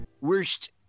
Worst